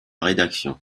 rédaction